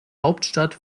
hauptstadt